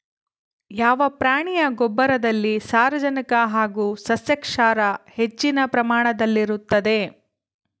ಯಾವ ಪ್ರಾಣಿಯ ಗೊಬ್ಬರದಲ್ಲಿ ಸಾರಜನಕ ಹಾಗೂ ಸಸ್ಯಕ್ಷಾರ ಹೆಚ್ಚಿನ ಪ್ರಮಾಣದಲ್ಲಿರುತ್ತದೆ?